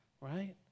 right